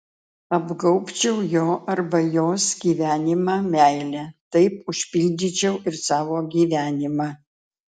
apgaubčiau jo arba jos gyvenimą meile taip užpildyčiau ir savo gyvenimą